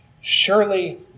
Surely